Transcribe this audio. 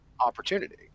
opportunity